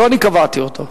לא אני קבעתי אותו.